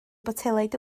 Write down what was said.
botelaid